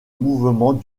mouvement